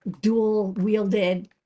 dual-wielded